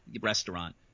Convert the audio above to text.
restaurant